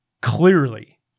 clearly